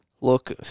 look